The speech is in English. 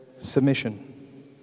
submission